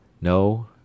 No